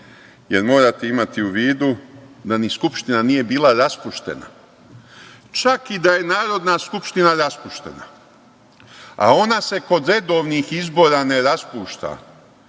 jer morate imati u vidu da ni Skupština nije bila raspuštena. Čak i da je Narodna skupština raspuštena, a ona se kod redovnih izbora ne raspušta,